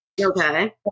Okay